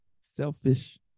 Selfish